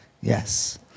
Yes